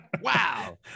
Wow